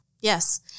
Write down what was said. Yes